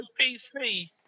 PC